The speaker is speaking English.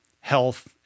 health